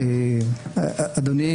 אדוני,